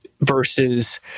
versus